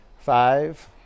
Five